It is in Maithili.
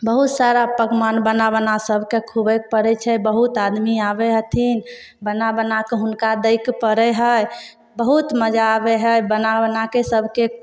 बहुत सारा पकमान बना बना सभके खुआबैके पड़ै छै बहुत आदमी आबै हथिन बना बनाकऽ हुनका दैके पड़ै हइ बहुत मजा आबै हइ बना बनाके सभके